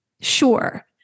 sure